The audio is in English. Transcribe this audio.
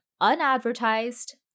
unadvertised